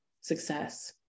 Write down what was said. success